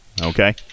Okay